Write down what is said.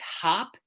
top